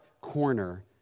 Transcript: corner